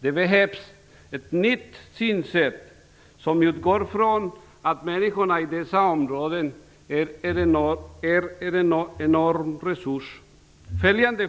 Det behövs ett nytt synsätt som innebär att man utgår från att människorna i dessa områden är en enorm resurs. Följande